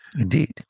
Indeed